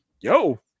yo